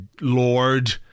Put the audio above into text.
lord